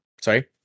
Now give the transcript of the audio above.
Sorry